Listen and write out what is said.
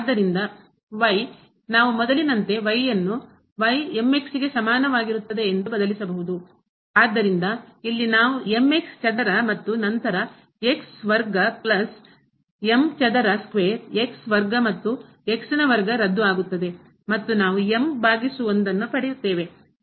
ಆದ್ದರಿಂದ y ನಾವು ಮೊದಲಿನಂತೆ y ಯನ್ನು ಗೆ ಸಮಾನವಾಗಿರುತ್ತದೆ ಎಂದು ಬದಲಿಸಬಹುದು ಆದ್ದರಿಂದ ಇಲ್ಲಿ ನಾವು ಚದರ ಮತ್ತು ನಂತರ ವರ್ಗ ಚದರ ವರ್ಗ ಮತ್ತು ವರ್ಗ ರದ್ದು ಆಗುತ್ತದೆ ಮತ್ತು ನಾವು m ಭಾಗಿಸು ಪಡೆಯುತ್ತೇವೆ